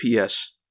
PS